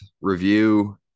review